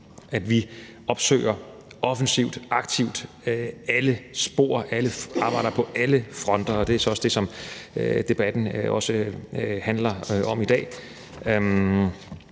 aktivt opsøger alle spor, og når alle arbejder på alle fronter. Det er så også det, som debatten handler om i dag.